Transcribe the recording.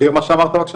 תסביר מה שאמרת, בבקשה.